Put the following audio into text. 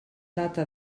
data